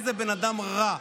איזה בן אדם רע?